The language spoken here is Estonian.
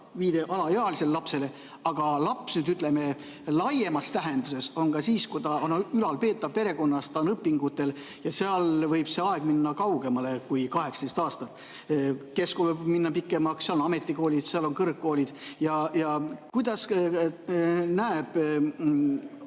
viide alaealisele lapsele. Aga laps, ütleme, laiemas tähenduses on ta ka siis, kui ta on ülalpeetav perekonnas, ta on õpingutel ja seal võib see aeg minna kaugemale kui 18 aastat. Keskkool võib minna pikemaks, seal on ametikoolid, seal on kõrgkoolid. Kuidas näeb